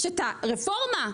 שאת הרפורמה,